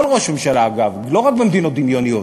כל ראש ממשלה, אגב, לא רק במדינות דמיוניות.